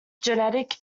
generic